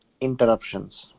interruptions